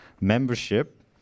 membership